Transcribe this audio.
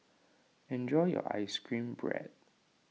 enjoy your Ice Cream Bread